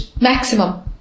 maximum